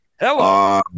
Hello